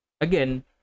again